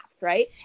Right